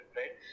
right